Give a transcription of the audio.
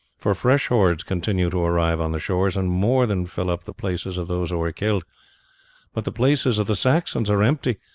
for fresh hordes continue to arrive on the shores, and more than fill up the places of those who are killed but the places of the saxons are empty,